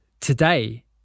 today